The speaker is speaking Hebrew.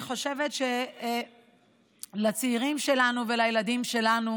אני חושבת שלצעירים שלנו ולילדים שלנו